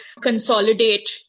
consolidate